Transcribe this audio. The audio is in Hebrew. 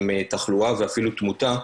עם תחלואה ואפילו תמותה,